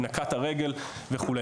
נקע את הרגל וכו'.